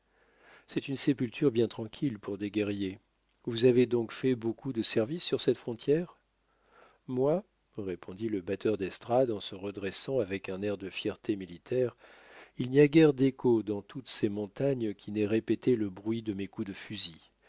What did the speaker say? c'est une sépulture bien tranquille pour des guerriers vous avez donc fait beaucoup de service sur cette frontière moi répondit le batteur d'estrade en se redressant avec un air de fierté militaire il n'y a guère d'échos dans toutes ces montagnes qui n'aient répété le bruit de mes coups de fusil